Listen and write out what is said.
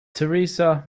teresa